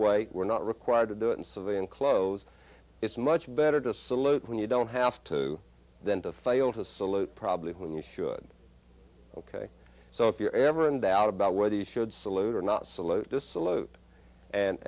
way we're not required to do it in civilian clothes it's much better to salute when you don't have to than to fail to salute probably when you should ok so if you're ever in doubt about whether you should salute or not